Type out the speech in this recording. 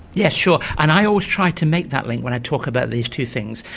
yes sure. and i always try to make that link when i talk about these two things.